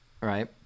right